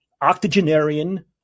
octogenarian